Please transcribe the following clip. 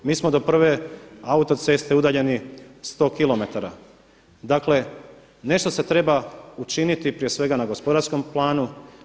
Mi smo do prve autoceste udaljeni 100km, dakle nešto se treba učiniti prije svega na gospodarskom planu.